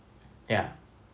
yeah